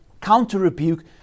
counter-rebuke